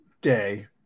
day